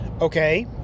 Okay